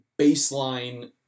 baseline